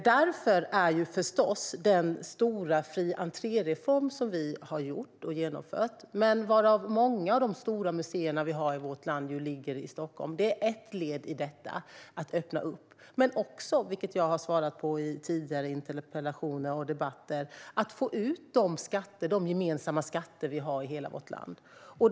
Därför är förstås den stora frientréreform som vi har genomfört - många av de stora museerna i vårt land ligger i Stockholm - ett led i att öppna för kulturupplevelser men också, vilket jag har sagt i svar på tidigare interpellationer och i debatter, att få ut de gemensamma skatter vi har i hela vårt land.